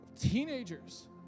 teenagers